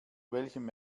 welchem